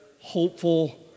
Hopeful